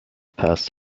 passed